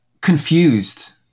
confused